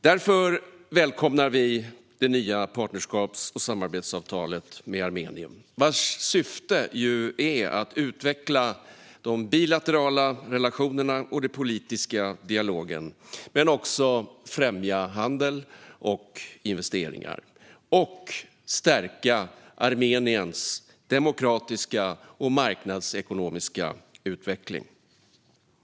Därför välkomnar vi det nya partnerskaps och samarbetsavtalet med Armenien, vars syfte ju är att utveckla de bilaterala relationerna och den politiska dialogen, men också att främja handel och investeringar och att stärka Armeniens demokratiska och marknadsekonomiska utveckling.